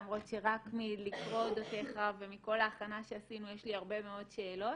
למרות שרק מלקרוא אודותיך ומכל ההכנה שעשינו יש לי הרבה מאוד שאלות.